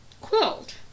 quilt